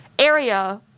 area